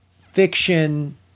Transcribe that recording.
fiction